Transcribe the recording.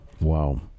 wow